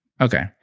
Okay